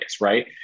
right